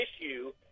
issue